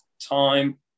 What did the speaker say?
time